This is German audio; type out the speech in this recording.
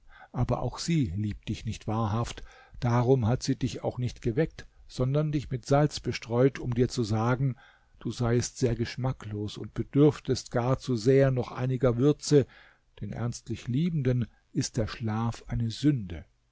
aber auch sie liebt dich nicht wahrhaft darum hat sie dich auch nicht geweckt sondern dich mit salz bestreut um dir zu sagen du seiest sehr geschmacklos und bedürftest gar zu sehr noch einiger würze denn ernstlich liebenden ist der schlaf eine sünde